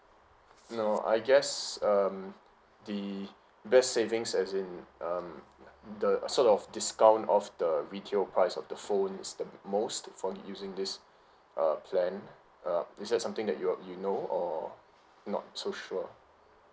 no I guess um the best savings as in um the sort of discount of the retail price of the phone is the m~ most for using this uh plan uh it's just something that you're you know or not so sure